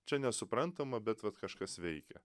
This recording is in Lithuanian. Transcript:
čia nesuprantama bet vat kažkas veikia